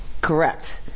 Correct